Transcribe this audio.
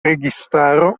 registaro